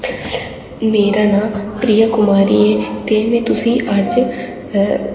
मेरा नांऽ प्रिया कुमारी ऐ ते में तुसेंई अज्ज